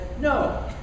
no